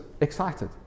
excited